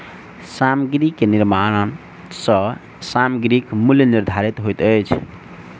सामग्री के निर्माण सॅ सामग्रीक मूल्य निर्धारित होइत अछि